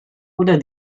oder